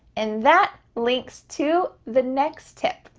and that links to the next tip.